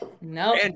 No